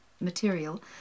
material